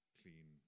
clean